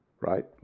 Right